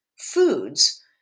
foods